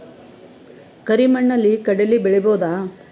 ಕರಿ ಮಣ್ಣಲಿ ಕಡಲಿ ಬೆಳಿ ಬೋದ?